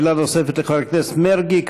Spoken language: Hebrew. שאלה נוספת לחבר הכנסת מרגי.